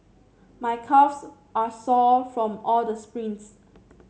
my calves are sore from all the sprints